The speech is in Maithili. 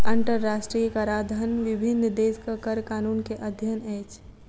अंतरराष्ट्रीय कराधन विभिन्न देशक कर कानून के अध्ययन अछि